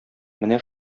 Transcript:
менә